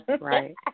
Right